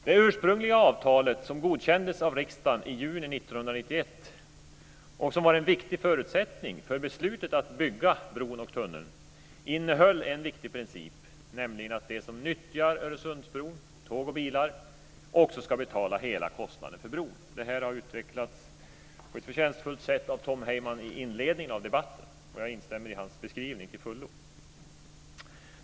Det ursprungliga avtalet, som godkändes av riksdagen i juni 1991 och som var en viktig förutsättning för beslutet att bygga bron och tunneln, innehöll en viktig princip, nämligen att de som nyttjar Öresundsbron, tåg och bilar, också ska betala hela kostnaden för bron. Det här har utvecklats på ett förtjänstfullt sätt av Tom Heyman i inledningen av debatten. Jag instämmer till fullo i hans beskrivning.